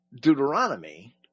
Deuteronomy